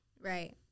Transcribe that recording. Right